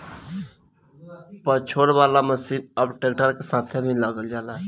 पछोरे वाला मशीन अब ट्रैक्टर के साथे भी लग जाला